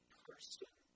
person